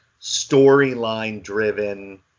storyline-driven